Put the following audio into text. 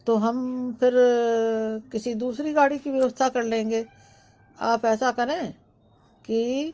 तो हम फिर किसी दूसरी गाड़ी की व्यवस्था कर लेंगे आप ऐसा करें कि